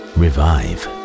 revive